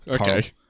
Okay